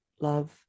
love